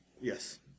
Yes